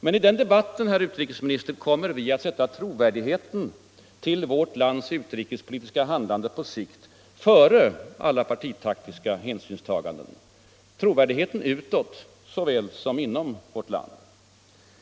Men i den debatten, herr utrikesminister, kommer vi att sätta trovärdigheten till vårt Jands utrikespolitiska handlande på sikt före alla partitaktiska hänsynstaganden —- trovärdigheten utåt såväl som inom vårt land.